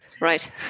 Right